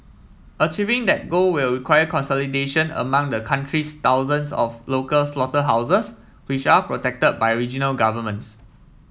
achieving that goal will require consolidation among the country's thousands of local slaughterhouses which are protected by regional governments